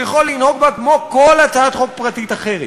והוא יכול לנהוג בה כמו בכל הצעת חוק פרטית אחרת.